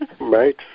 Right